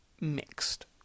mixed